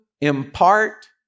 impart